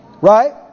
Right